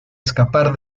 escapar